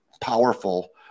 powerful